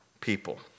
people